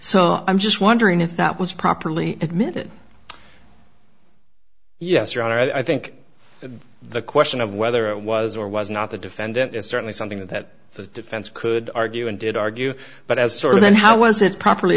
so i'm just wondering if that was properly admitted yes your honor i think the question of whether it was or was not the defendant is certainly something that the defense could argue and did argue but as sort of then how was it properly